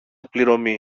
πληρωμή